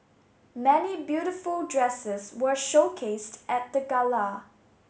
many beautiful dresses were showcased at the gala